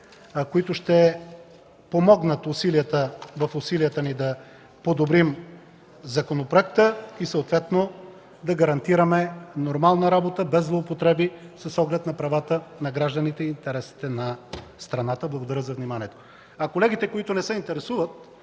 които ще помогнат в усилията ни да подобрим законопроекта и съответно да гарантираме нормална работа, без злоупотреби, с оглед на правата на гражданите и интересите на страната. Благодаря за вниманието. Колегите, които не се интересуват,